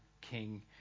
King